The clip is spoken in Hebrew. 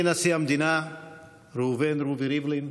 אדוני נשיא המדינה ראובן רובי ריבלין,